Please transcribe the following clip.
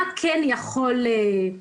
אז מה כן יכול לעבוד?